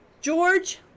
George